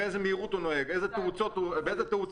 רשימת המוצרים שחברות הביטוח יכולות להשתמש בהן לצורך תמחור